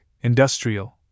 industrial